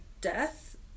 death